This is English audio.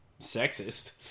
sexist